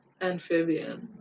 Amphibian